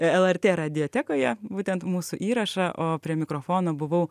lrt radijotekoje būtent mūsų įrašą o prie mikrofono buvau